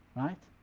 right?